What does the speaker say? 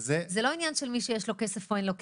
זה לא עניין של מי שיש לו כסף או אין לו.